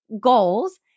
goals